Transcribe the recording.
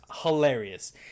hilarious